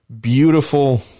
beautiful